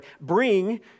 bring